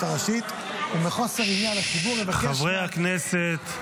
הראשית --- ומחוסר עניין לציבור נבקש --- חברי הכנסת,